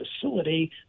facility